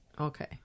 Okay